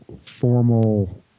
formal